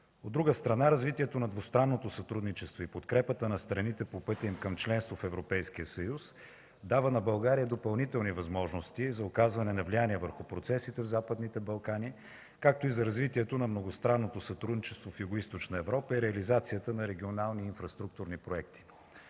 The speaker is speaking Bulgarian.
От друга страна, развитието на двустранното сътрудничество и подкрепата на страните по пътя им към членство в Европейския съюз дава на България допълнителни възможности за оказване на влияние върху процесите в Западните Балкани, както и за развитието на многостранното сътрудничество в Югоизточна Европа и реализацията на регионални структурни проекти.